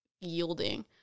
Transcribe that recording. yielding